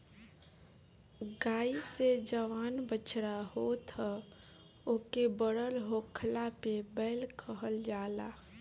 गाई से जवन बछड़ा होत ह ओके बड़ होखला पे बैल कहल जाई